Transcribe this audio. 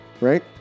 Right